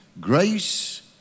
Grace